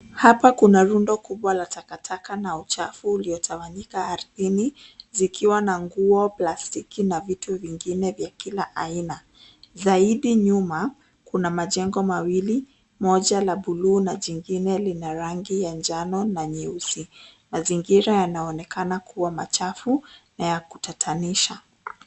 Hapa kuna rundo kubwa la takataka na uchafu uliotawanyika ardhini, zikiwa na nguo, plastiki na vitu vingine vya kila aina. Zaidi nyuma kuna majengo mawili, moja la buluu na jingine lina rangi ya njano na nyeusi. Mazingira yanaonekana kuwa machafu na ya kutatanisha.